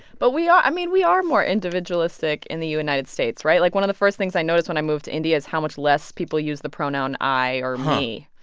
but we are i mean, we are more individualistic in the united states, right? like, one of the first things i noticed when i moved to india is how much less people use the pronoun i or me.